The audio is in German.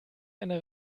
eine